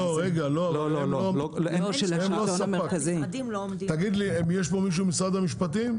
יש פה נציג של משרד המשפטים?